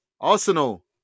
Arsenal